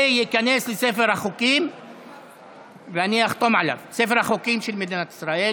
וייכנס לספר החוקים של מדינת ישראל,